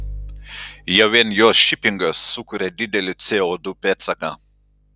jau vien jos šipingas sukuria didelį co du pėdsaką